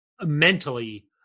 mentally